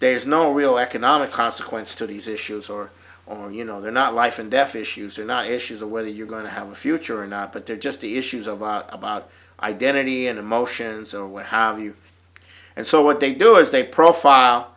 there's no real economic consequence to these issues or on you know they're not life and death issues are not issues of whether you're going to have a future or not but they're just the issues of about identity and emotions and what have you and so what they do is they profile